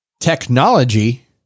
technology